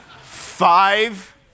Five